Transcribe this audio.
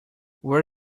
where